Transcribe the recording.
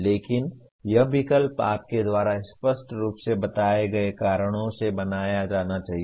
लेकिन यह विकल्प आपके द्वारा स्पष्ट रूप से बताए गए कारणों से बनाया जाना है